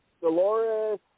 Dolores